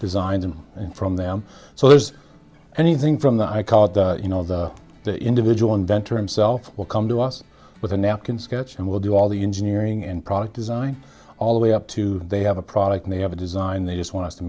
design them from them so there's anything from the i call you know the individual inventor himself will come to us with a napkin sketch and we'll do all the engineering and product design all the way up to they have a product they have a design they just want